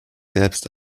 selbst